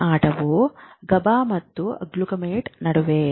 ಈ ಆಟವು ಗಬಾ ಮತ್ತು ಗ್ಲುಟಮೇಟ್ ನಡುವೆ